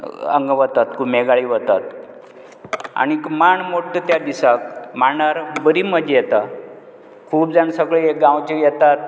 हांगा वतात कुमेगाळी वतात आनी मांड मांड मोडटा ते दिसाक मांडार बरी मजा येता खूब जाण हे सगळे गांवचे येतात